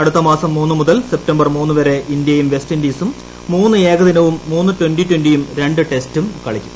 അടുത്ത മാസം മൂന്ന് മുതൽ സെപ്റ്റംബർ മൂന്നു വരെ ഇന്ത്യയും വെസ്റ്റ് ഇൻഡീസും മൂന്ന് ഏകദിനവും മൂന്ന് ട്വന്റി ട്വന്റിയും രണ്ട് ടെസ്റ്റും കളിക്കും